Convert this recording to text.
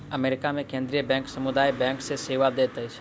America मे केंद्रीय bank समुदाय बैंक के सेवा दैत अछि